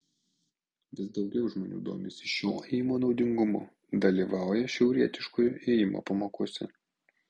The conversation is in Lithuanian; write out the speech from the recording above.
vis daugiau žmonių domisi šio ėjimo naudingumu dalyvauja šiaurietiškojo ėjimo pamokose